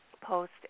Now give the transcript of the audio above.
post